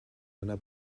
einer